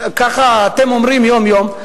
ככה אתם אומרים יום-יום,